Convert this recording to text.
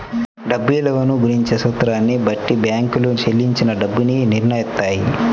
డబ్బు విలువను గణించే సూత్రాన్ని బట్టి బ్యేంకులు చెల్లించాల్సిన డబ్బుని నిర్నయిత్తాయి